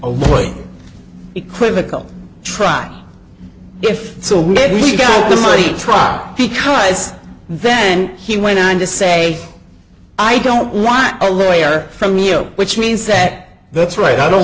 away equivocal try if so we got the murray trial because then he went on to say i don't want a lawyer from you which means that that's right i don't